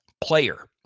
player